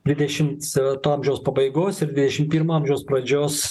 dvidešimts to amžiaus pabaigos ir dvidešim pirmo amžiaus pradžios